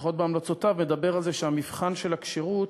לפחות בהמלצותיו מדבר על זה שהמבחן של הכשירות